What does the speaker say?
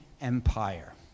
empire